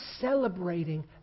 celebrating